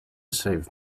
save